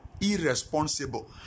irresponsible